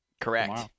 correct